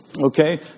okay